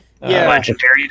legendary